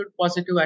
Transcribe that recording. positive